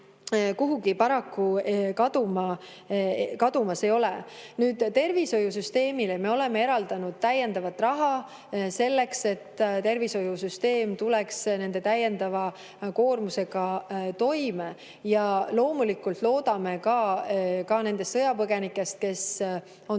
kuhugi paraku kadumas ei ole. Nüüd, tervishoiusüsteemile me oleme eraldanud täiendavat raha, et tervishoiusüsteem tuleks selle täiendava koormusega toime. Ja loomulikult loodame, et nende sõjapõgenike hulgas, kes on